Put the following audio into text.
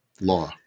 Law